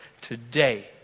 today